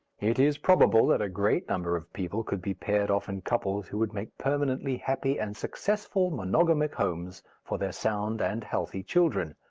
it is probable that a great number of people could be paired off in couples who would make permanently happy and successful monogamic homes for their sound and healthy children.